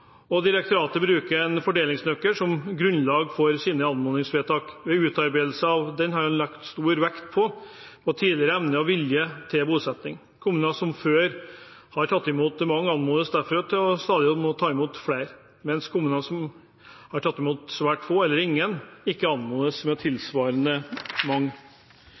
og direktoratet bruker en fordelingsnøkkel som grunnlag for sine anmodningsvedtak. Ved utarbeidelse av den er det lagt stor vekt på tidligere evne og vilje til bosetting. Kommuner som før har tatt imot mange, anmodes derfor stadig om å ta imot flere, mens kommuner som har tatt imot svært få eller ingen, ikke anmodes om å ta imot tilsvarende mange.